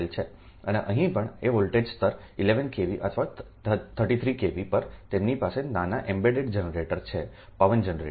અને અહીં પણ આ વોલ્ટેજ સ્તર 11 kV અથવા 33 kV પર તેમની પાસે નાના એમ્બેડેડ જનરેટર છે પવન જનરેટર